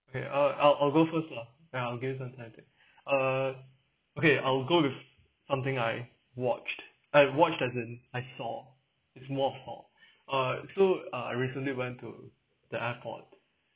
okay I'll I'll I'll go first lah then I will give you some times back later uh okay I will go with something I watched I watched as in I saw it's more of saw uh so uh I recently went to the airport